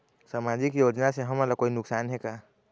सामाजिक योजना से हमन ला कोई नुकसान हे का?